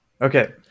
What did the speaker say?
Okay